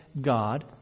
God